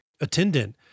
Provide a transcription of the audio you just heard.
attendant